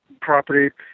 property